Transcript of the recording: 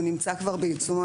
הוא נמצא כבר בעיצומו,